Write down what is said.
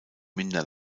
minder